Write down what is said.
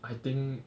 I think